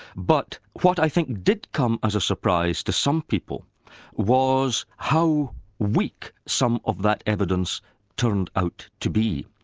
but what i think did come as a surprise to some people was how weak some of that evidence turned out to be,